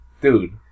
dude